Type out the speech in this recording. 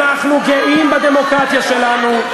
אנחנו גאים בדמוקרטיה שלנו.